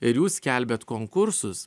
ir jų skelbiant konkursus